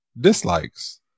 dislikes